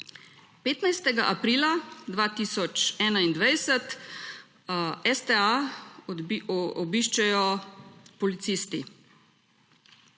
15. aprila 2021 STA obiščejo policisti.